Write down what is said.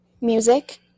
music